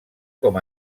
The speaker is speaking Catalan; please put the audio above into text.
com